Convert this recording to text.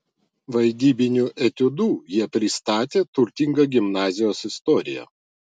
vaidybiniu etiudu jie pristatė turtingą gimnazijos istoriją